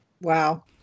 wow